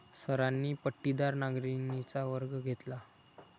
सरांनी पट्टीदार नांगरणीचा वर्ग घेतला